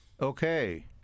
Okay